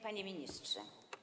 Panie Ministrze!